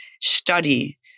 Study